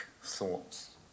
thoughts